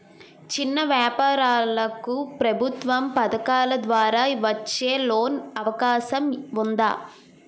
చిన్న వ్యాపారాలకు ప్రభుత్వం పథకాల ద్వారా వచ్చే లోన్ అవకాశం ఉందా?